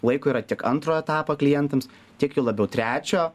laiko yra tiek antro etapo klientams tiek juo labiau trečio